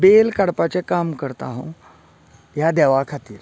बेल कडपाचें काम करता हांव ह्या देवा खातीर